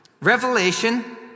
Revelation